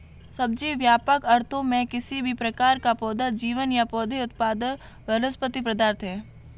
सब्जी, व्यापक अर्थों में, किसी भी प्रकार का पौधा जीवन या पौधे उत्पाद वनस्पति पदार्थ है